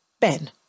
Ben